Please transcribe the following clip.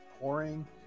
pouring